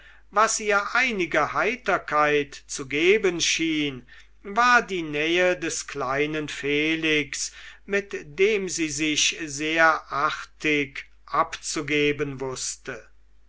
was ihr einige heiterkeit zu geben schien war die nähe des kleinen felix mit dem sie sich sehr artig abzugeben wußte